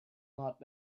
not